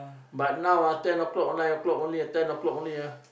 but now ten o-clock nine o-clock only ten o-clock only ah